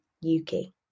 Yuki